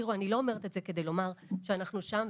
אני לא אומרת את זה כדי לומר שאנחנו שם,